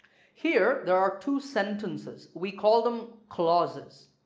here there are two sentences we call them clauses.